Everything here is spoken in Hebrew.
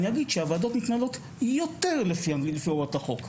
אני אגיד שהוועדות מתנהלות יותר לפי הוראות החוק.